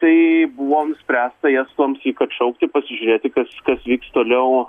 tai buvo nuspręsta jas tuomsyk atšaukti ir pasižiūrėti kas kas vyks toliau